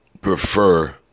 prefer